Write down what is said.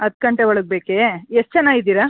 ಹತ್ತು ಗಂಟೆ ಒಳಗೆ ಬೇಕೇ ಎಷ್ಟು ಜನ ಇದ್ದೀರ